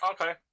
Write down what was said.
Okay